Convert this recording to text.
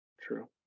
True